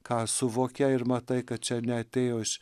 ką suvokia ir matai kad čia neatėjo iš